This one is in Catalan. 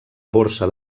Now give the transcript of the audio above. borsa